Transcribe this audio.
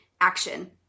action